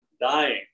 dying